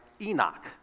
Enoch